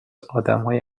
آدمهای